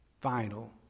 Final